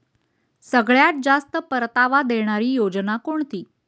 सगळ्यात जास्त परतावा देणारी योजना कोणती?